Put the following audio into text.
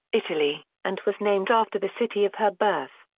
italy, and was named after the city of her birth.